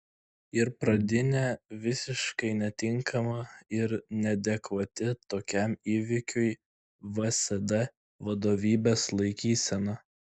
ir pradinė visiškai netinkama ir neadekvati tokiam įvykiui vsd vadovybės laikysena